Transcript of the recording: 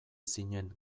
zinen